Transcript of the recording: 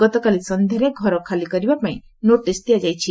ଗତକାଲି ସନ୍ଧ୍ୟାରେ ଘର ଖାଲି କରିବାପାଇଁ ନୋଟିସ୍ ଦିଆଯାଇଛି